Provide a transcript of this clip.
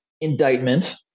indictment